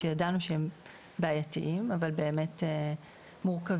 ידענו שהם בעיתיים אבל באמת מורכבים.